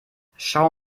schau